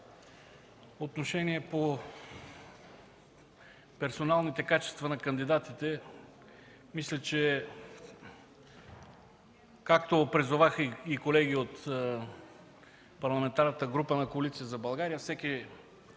отношение по персоналните качества на кандидатите. Както призоваха и колеги от Парламентарната група на Коалиция за България, мисля,